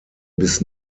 bis